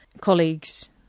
colleagues